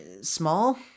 small